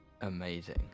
Amazing